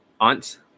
aunts